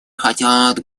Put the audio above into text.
хотят